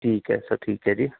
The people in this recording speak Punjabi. ਠੀਕ ਹੈ ਸਰ ਠੀਕ ਹੈ ਜੀ